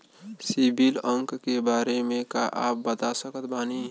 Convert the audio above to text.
CIBIL अंक के बारे मे का आप बता सकत बानी?